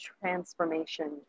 transformation